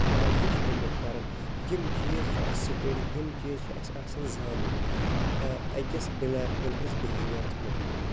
energy چھِ emit کَران یِم چیٖز چھِ اَسہِ سٹیٚڈی یِم چیٖز چھِ اَسہِ آسان زانٕنۍ أکِس بٕلیک ہول کِس بِہیٚویَرَس مُتعلِق